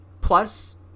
Plus